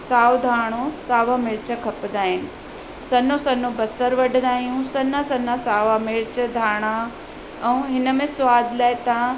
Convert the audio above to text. साओ धाणो सावा मिर्च खपंदा आहिनि सनो सनो बसर वढदा आहियूं सना सना सावा मिर्च धाणा ऐं हिनमें स्वादु लाइ तव्हां